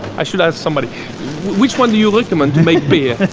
i should have somebody which one do you recommend to make beer?